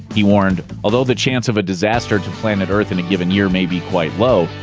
he warned, although the chance of a disaster to planet earth in a given year may be quite low,